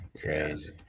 Crazy